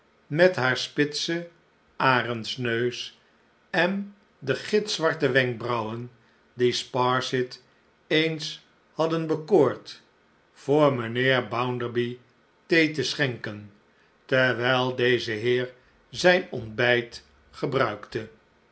met haar spitsen arendsneus en de gitzwarte wenkbrauwen die sparsit eens hadden bekoord voor mijnheer bounderby thee te schenken terwijl deze heer zijn ontbijt gebruikte